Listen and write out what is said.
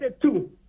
two